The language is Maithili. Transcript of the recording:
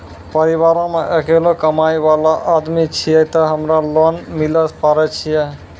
परिवारों मे अकेलो कमाई वाला आदमी छियै ते हमरा लोन मिले पारे छियै?